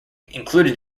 included